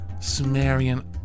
Sumerian